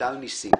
מיטל ניסים